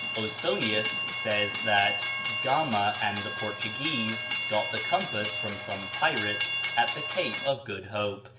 osonius says that gama and the portuguese got the compass from some pirates at the cape of good hope,